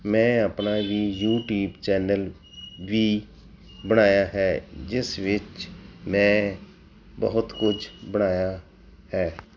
ਮੈਂ ਆਪਣਾ ਵੀ ਯੂਟਿਊਬ ਚੈਨਲ ਵੀ ਬਣਾਇਆ ਹੈ ਜਿਸ ਵਿੱਚ ਮੈਂ ਬਹੁਤ ਕੁਛ ਬਣਾਇਆ ਹੈ